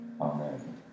Amen